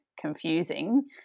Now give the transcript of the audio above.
confusing